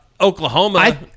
Oklahoma